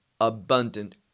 abundant